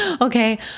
Okay